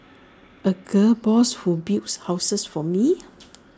A gal boss who builds houses for me